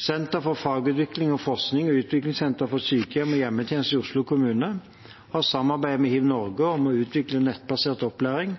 Senter for fagutvikling og forskning og Utviklingssenter for sykehjem og hjemmetjenester i Oslo kommune har samarbeidet med HivNorge om å utvikle nettbasert opplæring